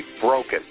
broken